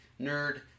nerd